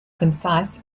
concise